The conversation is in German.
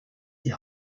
die